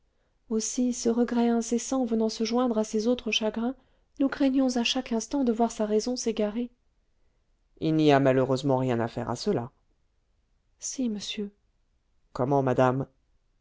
aussi ce regret incessant venant se joindre à ses autres chagrins nous craignons à chaque instant de voir sa raison s'égarer il n'y a malheureusement rien à faire à cela si monsieur comment madame